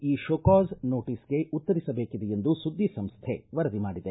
ಈ ಷೋಕಾಸ್ ನೋಟಿಸ್ಗೆ ಉತ್ತರಿಸಬೇಕಿದೆ ಎಂದು ಸುದ್ದಿ ಸಂಸ್ಟೆ ವರದಿ ಮಾಡಿದೆ